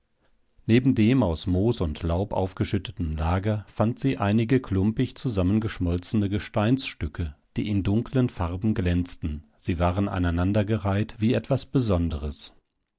neben dem aus moos und laub aufgeschütteten lager fand sie einige klumpig zusammengeschmolzene gesteinsstücke die in dunklen farben glänzten sie waren aneinandergereiht wie etwas besonderes